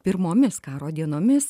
pirmomis karo dienomis